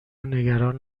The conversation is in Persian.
نگران